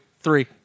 three